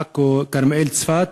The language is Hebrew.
עכו כרמיאל צפת,